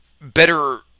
better